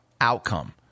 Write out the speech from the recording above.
outcome